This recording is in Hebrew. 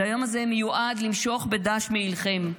היום הזה מיועד למשוך בדש מעילכם.